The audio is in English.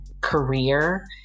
career